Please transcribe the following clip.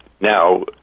now